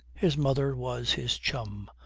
his mother was his chum.